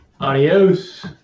Adios